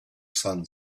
son